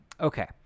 Okay